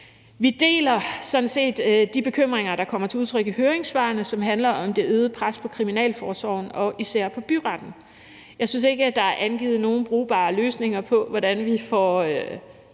set de bekymringer, der kommer til udtryk i høringssvarene, som handler om det øgede pres på kriminalforsorgen og især på byretten. Jeg synes ikke, at der er angivet nogen brugbare løsninger på, hvordan vi får